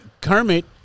Kermit